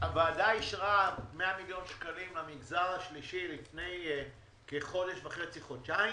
הוועדה אישרה 100 מיליון שקלים למגזר השלישי לפני כחודש וחצי-חודשיים.